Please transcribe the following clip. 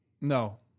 No